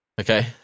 Okay